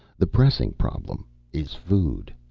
the pressing problem is food.